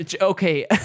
okay